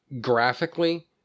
graphically